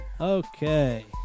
Okay